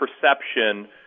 perception